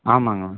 ஆமாம் மேம்